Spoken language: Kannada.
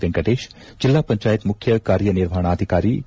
ವೆಂಕಟೇಶ್ ಜಿಲ್ಲಾ ಪಂಚಾಯತ್ ಮುಖ್ಯ ಕಾರ್ಯನಿರ್ವಹಣಾಧಿಕಾರಿ ಕೆ